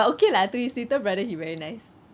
but okay lah to his little brother he very nice